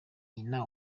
nyina